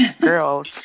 girls